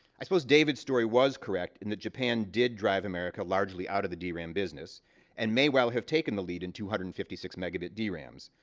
i suppose david's story was correct in that japan did drive america largely out of the dram business and may well have taken the lead in two hundred and fifty six megabit drams.